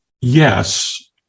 Yes